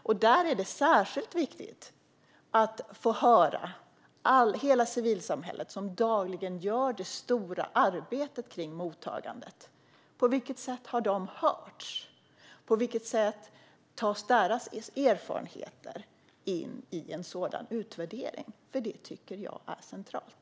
Det är särskilt viktigt att få höra från civilsamhället, som dagligen gör det stora arbetet med mottagandet. På vilket sätt har de hörts? På vilket sätt tas deras erfarenheter in i en sådan utvärdering? Jag tycker att det är centralt.